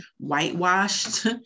whitewashed